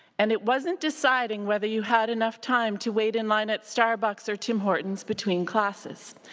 and it wasn't deciding whether you had enough time to wait in line at starbucks or tim horton's between classes.